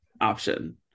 option